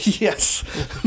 yes